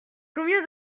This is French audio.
combien